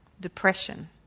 Depression